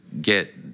get